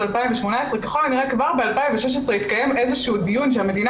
אני ממש מבקשת ממך,